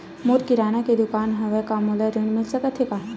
मोर किराना के दुकान हवय का मोला ऋण मिल सकथे का?